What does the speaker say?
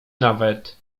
nawet